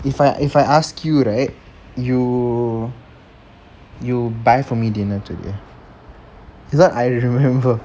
if I if I asked you right you you buy for me dinner today this one I remember